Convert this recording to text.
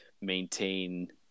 maintain